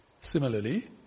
Similarly